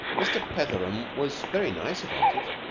mr. petheram was very nice about it.